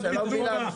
אחד מתנובה,